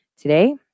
today